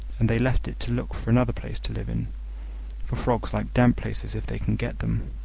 and they left it to look for another place to live in for frogs like damp places if they can get them.